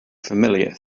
familiar